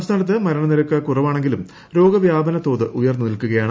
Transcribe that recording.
സംസ്ഥാനത്ത് മരണ നിരക്ക് കുറവാണെങ്കിലും രോഗവ്യാപനതോത് ഉയർന്നു നിൽക്കുയാണ്